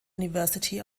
university